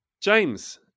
James